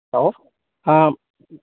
hello ആ